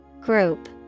Group